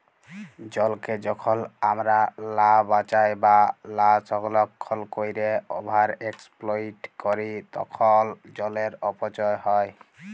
জলকে যখল আমরা লা বাঁচায় বা লা সংরক্ষল ক্যইরে ওভার এক্সপ্লইট ক্যরি তখল জলের অপচয় হ্যয়